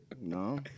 No